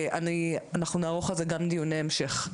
אנחנו נערוך על כך גם דיוני המשך.